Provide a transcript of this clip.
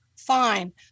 Fine